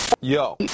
Yo